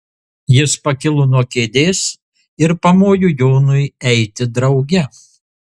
jis pakilo nuo kėdės ir pamojo jonui eiti drauge